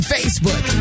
Facebook